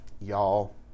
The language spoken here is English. Y'all